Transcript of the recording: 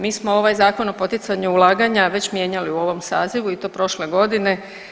Mi smo ovaj Zakon o poticanju ulaganja već mijenjali u ovom sazivu i to prošle godine.